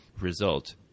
result